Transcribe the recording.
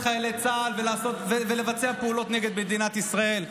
חיילי צה"ל ולבצע פעולות נגד מדינת ישראל,